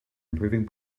improving